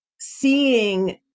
seeing